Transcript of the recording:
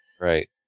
Right